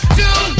two